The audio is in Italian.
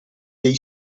dei